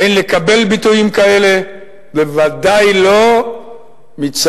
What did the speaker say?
אין לקבל ביטויים כאלה, בוודאי לא מצד